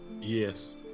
Yes